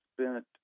spent